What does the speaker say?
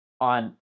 on